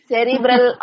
Cerebral